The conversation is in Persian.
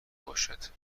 باشد